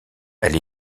elle